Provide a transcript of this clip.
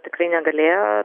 tikrai negalėjo